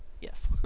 Yes